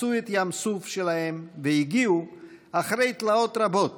חצו את ים סוף שלהם, והגיעו אחרי תלאות רבות